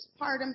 postpartum